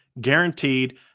guaranteed